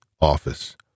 office